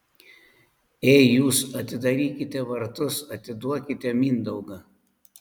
ei jūs atidarykite vartus atiduokite mindaugą